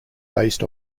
based